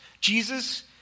Jesus